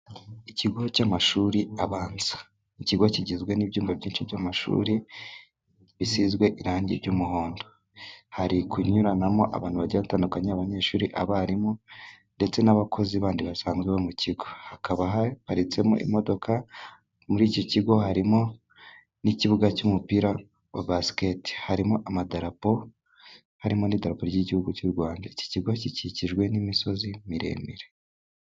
Ikigo cy'amashuri abanza, ikigo kigizwe n'ibyumba byinshi by'amashuri, bisizwe irangi ry'umuhondo hari kunyuranamo abantu bagiye batandukanye, abanyeshuri, abarimu ndetse n'abakozi bandi basanzwe bo mu kigo, hakaba haparitsemo imodoka muri iki kigo harimo n'ikibuga cy'umupira wa basiketi harimo amadarapo harimo n'iterambere ry'igihugu cy'u rwanda iki kigo gikikijwe n'imisozi miremire.